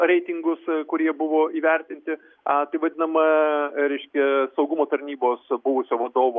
reitingus kurie buvo įvertinti a tai vadinama reiškia saugumo tarnybos buvusio vadovo